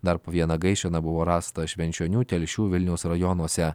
dar po vieną gaišena buvo rasta švenčionių telšių vilniaus rajonuose